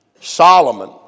Solomon